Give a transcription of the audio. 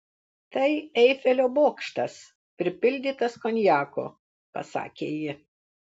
tai eifelio bokštas pripildytas konjako pasakė ji